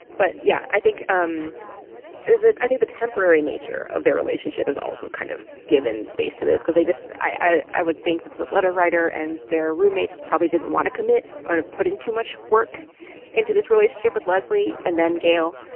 but, yeah, i think um that i think the temporary nature of their relationship is also kind of given space to this because they just i i would think that the letter writer and their roommates probably didn't want to commit or put in too much work into this relationship with leslie. and then gail,